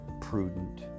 prudent